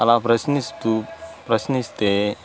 అలా ప్రశ్నిస్తు ప్రశ్నిస్తే